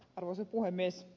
arvoisa puhemies